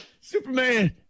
Superman